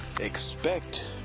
Expect